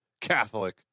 catholic